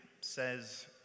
says